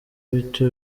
bito